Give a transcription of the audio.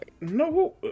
No